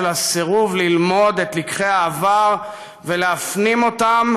הסירוב ללמוד את לקחי העבר ולהפנים אותם,